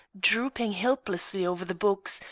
drooping helplessly over the box,